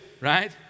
right